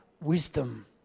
wisdom